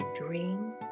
dream